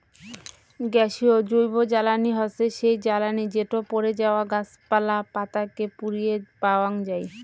গ্যাসীয় জৈবজ্বালানী হসে সেই জ্বালানি যেটো পড়ে যাওয়া গাছপালা, পাতা কে পুড়িয়ে পাওয়াঙ যাই